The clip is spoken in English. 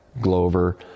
Glover